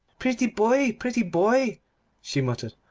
pretty boy, pretty boy she muttered,